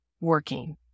working